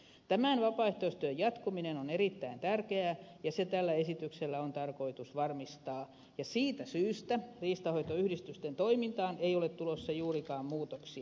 tämän vapaaehtoistyön jatkuminen on erittäin tärkeää ja se tällä esityksellä on tarkoitus varmistaa ja siitä syystä riistanhoitoyhdistysten toimintaan ei ole tulossa juurikaan muutoksia